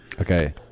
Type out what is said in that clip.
okay